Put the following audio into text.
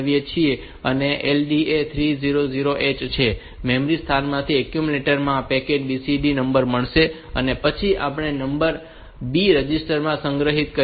તો આ LDA 3000 H છે તે મેમરી માંથી એક્યુમ્યુલેટર માં પેક્ડ BCD નંબર મેળવશે અને પછી આપણે નંબરને B રજિસ્ટર માં સંગ્રહિત કરીએ છીએ